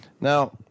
Now